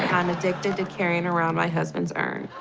kind of addicted to carrying around my husband's urn.